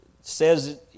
says